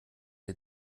die